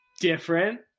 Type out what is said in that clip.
different